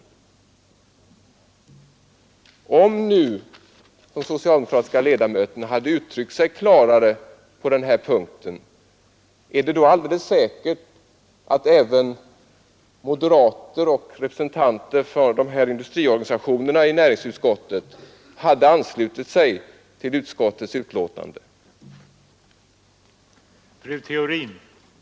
Om de socialdemokratiska ledamöterna hade uttryckt sig klarare på denna punkt, är det då alldeles säkert att även moderater och representanter för dessa industriorganisationer i näringsutskottet hade anslutit sig till utskottets betänkande på denna punkt?